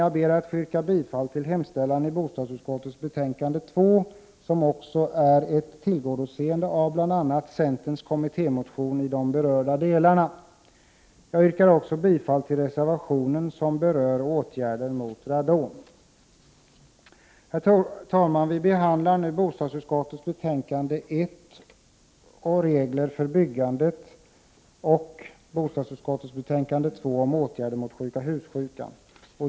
Jag ber att få yrka bifall till hemställan i bostadsutskottets betänkande 2, som också är ett tillgodoseende av bl.a. centerns kommittémotion i de nu berörda delarna. Jag yrkar även bifall till reservationen när det gäller åtgärder mot radon. Herr talman! Vi behandlar nu både bostadsutskottets betänkande 1 om regler för byggandet och bostadsutskottets betänkande 2 om åtgärder mot sjuka hus-sjukan.